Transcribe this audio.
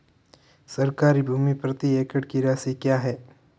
सरकारी भूमि प्रति एकड़ की राशि क्या है?